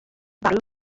farw